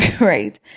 Right